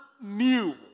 new